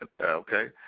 Okay